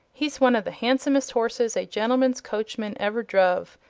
he's one of the handsomest horses a gentleman's coachman ever druv,